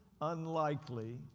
unlikely